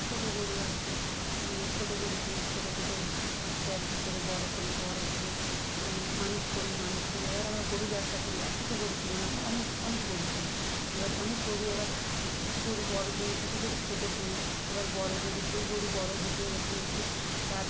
ছোট গরু আছে ছোট গরু কিনি ছোট থেকে আস্তে আস্তে করে বড় করি বড় করে মানুষ করি মানুষ করি এবার আমরা গরু ব্যবসা করি একটা তো গরু কিনি না আমরা অনেক অনেক গরু কিনি এবার অনেক গরু এবার কিছু গরু বড় কিনি কিছু গরু ছোট কিনি এবার বড় গরু সেই গরু বড় হতে হতে হতে তার